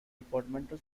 departmental